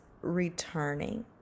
returning